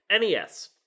NES